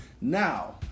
Now